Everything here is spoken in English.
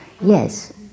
Yes